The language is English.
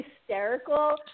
hysterical